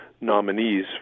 nominees